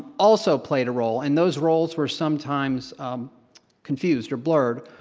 also played a role, and those roles were sometimes um confused or blurred.